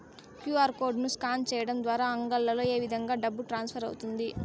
QR code ను scan సేయడం ద్వారా అంగడ్లలో ఏ విధంగా డబ్బు ట్రాన్స్ఫర్ అవుతుంది